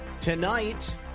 tonight